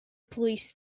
police